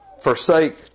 forsake